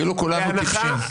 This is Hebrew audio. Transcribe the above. כאילו כולנו טיפשים.